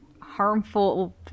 harmful